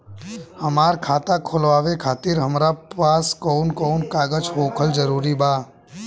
हमार खाता खोलवावे खातिर हमरा पास कऊन कऊन कागज होखल जरूरी बा?